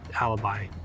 alibi